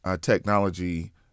technology